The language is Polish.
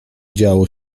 działo